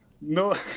No